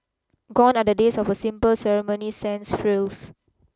gone are the days of a simple ceremony sans frills